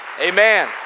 Amen